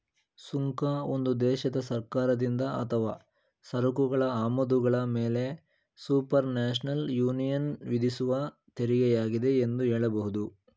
ಸುಂಕ ಒಂದು ದೇಶದ ಸರ್ಕಾರದಿಂದ ಅಥವಾ ಸರಕುಗಳ ಆಮದುಗಳ ಮೇಲೆಸುಪರ್ನ್ಯಾಷನಲ್ ಯೂನಿಯನ್ವಿಧಿಸುವತೆರಿಗೆಯಾಗಿದೆ ಎಂದು ಹೇಳಬಹುದು